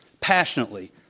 passionately